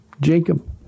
Jacob